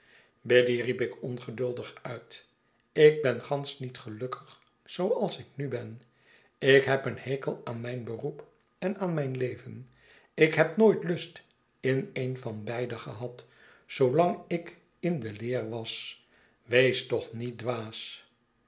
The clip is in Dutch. biddy riep ik ongeduldig uit ik ben gansch niet gelukkig zooals ik nu ben ik heb een hekel aan mijn beroep en aan mijn leven ik heb nooit lust in een van beide gebad zoolang ik in de leer was wees toch niet dwaas